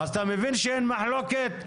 אתה מבין שאין מחלוקת,